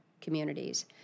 communities